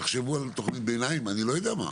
תחשבו על תוכנית ביניים או אני לא-יודע-מה.